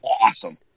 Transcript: awesome